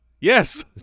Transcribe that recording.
Yes